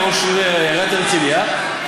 כראש עיריית הרצליה,